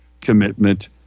Commitment